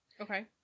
okay